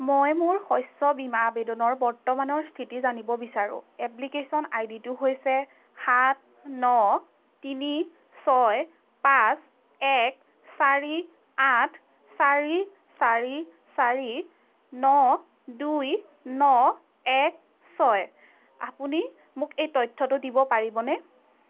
মই মোৰ শস্য বীমা আবেদনৰ বৰ্তমানৰ স্থিতি জানিব বিচাৰোঁ এপ্লিকেচন আই ডিটো হৈছে সাত ন তিনি ছয় পাঁচ এক চাৰি আঠ চাৰি চাৰি চাৰি ন দুই ন এক ছয় আপুনি মোক সেই তথ্যটো দিব পাৰিবনে